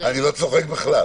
אני לא צוחק בכלל.